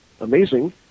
Amazing